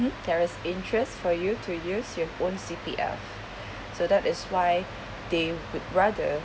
there is interest for you to use your own C_P_F so that is why they would rather